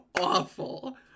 awful